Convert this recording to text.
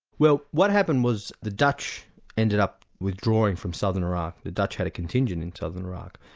well what happened was the dutch ended up withdrawing from southern iraq. the dutch had a contingent in southern iraq,